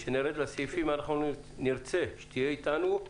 כשנרד לסעיפים אנחנו נרצה שתהיה איתנו.